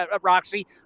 Roxy